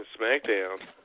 SmackDown